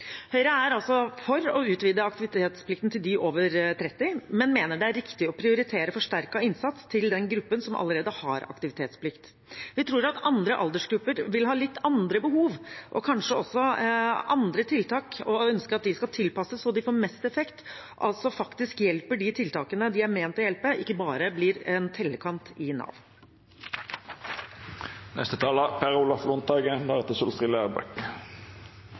Høyre er altså for å utvide aktivitetsplikten til dem over 30 år, men mener det er riktig å prioritere forsterket innsats til den gruppen som allerede har aktivitetsplikt. Vi tror nok andre aldersgrupper vil ha litt andre behov, kanskje også for andre tiltak. Vi ønsker at de tiltakene skal tilpasses så de får mest effekt, altså faktisk hjelper dem de er ment å hjelpe, og ikke bare blir en tellekant i